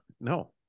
no